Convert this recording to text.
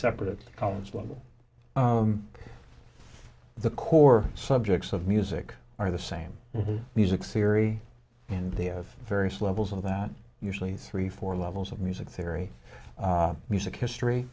separate college level the core subjects of music are the same music theory and they have various levels of that usually three four levels of music theory music history